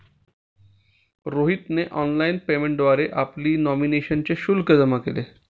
रोहितने online payment सेवेद्वारे आपली नॉमिनेशनचे शुल्क जमा केले